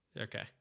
Okay